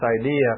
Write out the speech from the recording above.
idea